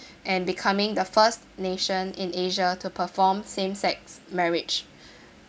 and becoming the first nation in asia to perform same sex marriage